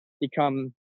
become